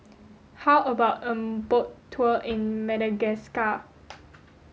how about a boat tour in Madagascar